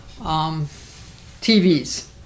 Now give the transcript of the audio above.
tvs